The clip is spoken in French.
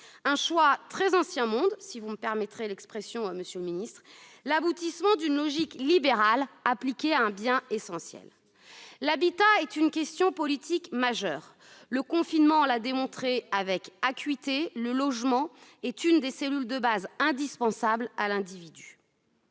Un choix très « ancien monde », si vous me permettez l'expression, monsieur le ministre, l'aboutissement d'une logique libérale appliquée à un bien essentiel. L'habitat est une question politique majeure. Le confinement l'a démontré avec acuité : le logement est l'une des cellules de base indispensables à l'individu.